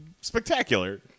spectacular